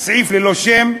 סעיף ללא שם,